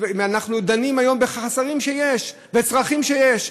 ואנחנו דנים היום בחסרים שיש ובצרכים שיש.